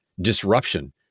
disruption